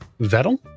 Vettel